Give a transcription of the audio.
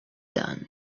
done